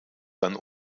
dann